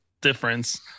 difference